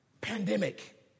pandemic